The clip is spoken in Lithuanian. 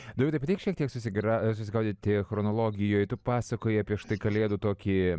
dovydai padėk šiek tiek susigra susigaudyti chronologijoj tu pasakojai apie štai kalėdų tokį